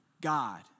God